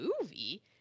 movie